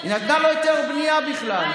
היא נתנה לו היתר בנייה בכלל,